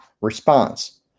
response